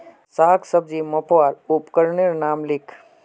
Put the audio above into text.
साग सब्जी मपवार उपकरनेर नाम लिख?